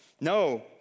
No